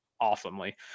awesomely